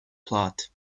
plot